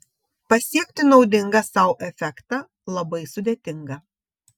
pasiekti naudingą sau efektą labai sudėtinga